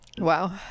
wow